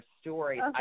story